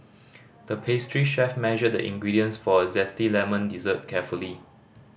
the pastry chef measured the ingredients for a zesty lemon dessert carefully